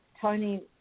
Tony